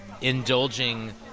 indulging